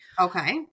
Okay